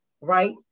right